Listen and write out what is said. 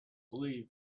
believe